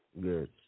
good